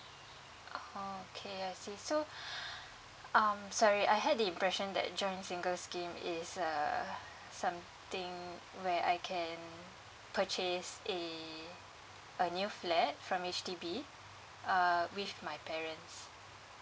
orh okay I see so um sorry I had the impression that joint singles scheme is uh something where I can purchase a a new flat from H_D_B uh with my parents